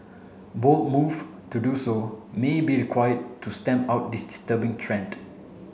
bold move to do so may be require to stamp out this disturbing trend